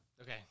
Okay